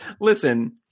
listen